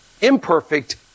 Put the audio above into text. Imperfect